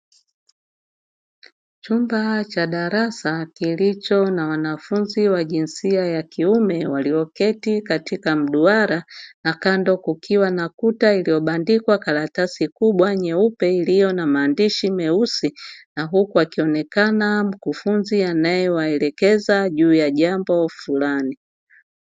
Chumba cha darasa kilicho na wanafunzi wa jinsia ya kiume, walio keti katika mduara na kando kukiwa na kuta iliyobandikwa karatasi kubwa nyeupe iliyo na maandishi meusi na huku akionekana mkufunzi anaye waelekeza juu ya jambo fulani.